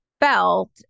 felt